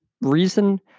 reason